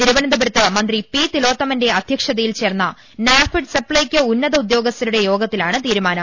തിരുവനന്തപുരത്ത് മന്ത്രി പി തിലോ ത്തമന്റെ അധ്യക്ഷതയിൽ ചേർന്ന നാഫെഡ് സപ്ലൈകോ ഉന്നത ഉദ്യോഗസ്ഥരുടെ യോഗത്തിലാണ് തീരുമാനം